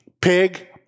pig